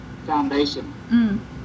foundation